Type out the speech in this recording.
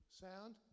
Sound